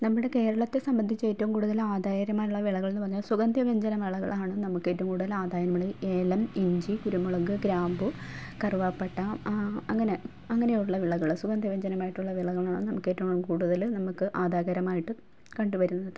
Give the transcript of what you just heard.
നമ്മുടെ കേരളത്തെ സംബന്ധിച്ച് ഏറ്റോം കൂടുതൽ ആദായകരമായുള്ള വിളകൾന്ന് പറഞ്ഞാൽ സുഗന്ധവ്യഞ്ജന വിളകളാണ് നമുക്കേറ്റോം കൂടുതൽ ആദായമണി ഏലം ഇഞ്ചി കുരുമുളക് ഗ്രാമ്പു കറുവാപ്പട്ട അങ്ങനെ അങ്ങനെയുള്ള വിളകൾ സുഗന്ധവ്യഞ്ജനമായിട്ടുള്ള വിളകളാണ് നമുക്കേറ്റോം കൂടുതൽ നമുക്ക് ആദായകരമായിട്ട് കണ്ട് വരുന്നത്